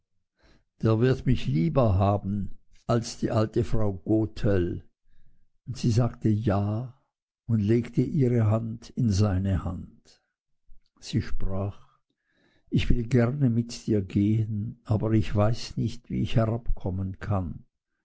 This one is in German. der wird mich lieber haben als die alte frau gotel und sagte ja und legte ihre hand in seine hand sie sprach ich will gerne mit dir gehen aber ich weiß nicht wie ich herabkommen kann